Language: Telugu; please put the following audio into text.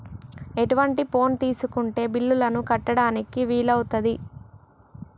ఎటువంటి ఫోన్ తీసుకుంటే బిల్లులను కట్టడానికి వీలవుతది?